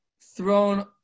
thrown